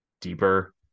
deeper